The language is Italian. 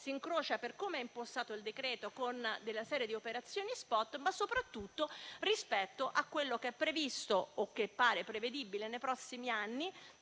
si incrocia eccome, per com'è impostato il decreto, con una serie di operazioni *spot*, ma soprattutto rispetto a quello che è previsto o che pare prevedibile nei prossimi anni